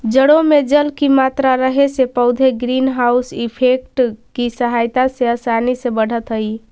जड़ों में जल की मात्रा रहे से पौधे ग्रीन हाउस इफेक्ट की सहायता से आसानी से बढ़त हइ